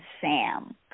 Sam